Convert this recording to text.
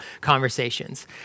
conversations